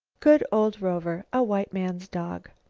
good old rover, a white man's dog.